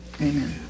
amen